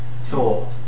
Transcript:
thought